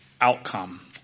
outcome